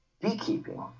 beekeeping